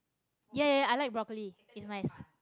ya ya ya I like broccoli in rice